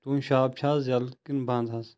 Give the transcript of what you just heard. تُہُنٛز شاپ چھا حَظ یلہٕ کِن بَنٛد حَظ